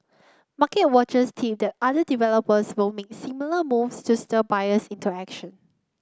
market watchers tip that other developers will make similar moves to stir buyers into action